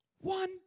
one